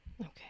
Okay